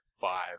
Five